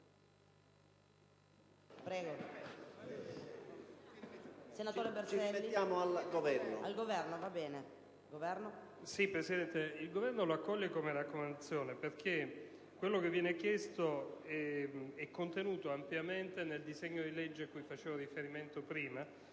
l'ordine del giorno come raccomandazione perché quanto viene chiesto è contenuto ampiamente nel disegno di legge cui facevo riferimento prima